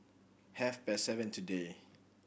half past seven today